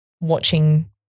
watching